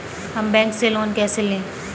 हम बैंक से लोन कैसे लें?